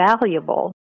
valuable